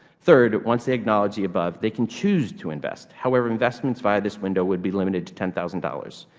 third, once they acknowledge the above they can choose to invest. however, investments via this window would be limited to ten thousand dollars.